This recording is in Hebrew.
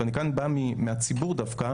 ואני כאן בא מהציבור דווקא,